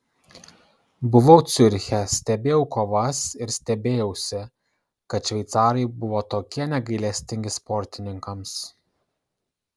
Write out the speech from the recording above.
buvau ciuriche stebėjau kovas ir stebėjausi kad šveicarai buvo tokie negailestingi sportininkams